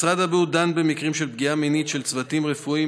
משרד הבריאות דן במקרים של פגיעה מינית של צוותים רפואיים